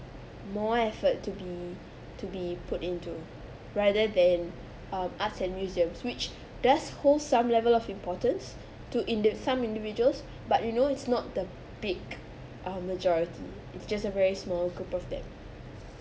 more effort to be to be put into rather than um arts and museums which does hold some level of importance to indi~ some individuals but you know it's not the peak um majority it's just a very small group of them